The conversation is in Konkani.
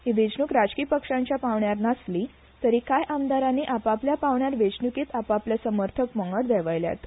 ही वेचणूक राजकी पक्षांच्या पांवड्यार नासली तरी काय आमदारांनी आपआपल्या पांवड्यार वेचणूकीत आपआपले समर्थक पंगड देंवयल्यात